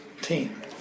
team